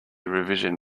revision